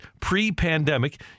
pre-pandemic